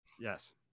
Yes